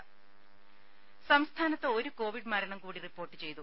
ദേദ സംസ്ഥാനത്ത് ഒരു കോവിഡ് മരണം കൂടി റിപ്പോർട്ട് ചെയ്തു